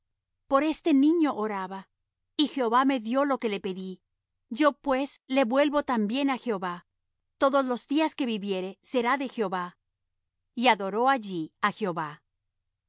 por este niño oraba y jehová me dió lo que le pedí yo pues le vuelvo también á jehová todos los días que viviere será de jehová y adoró allí á jehová